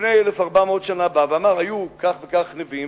לפני 1,400 שנה בא ואמר: היו כך וכך נביאים,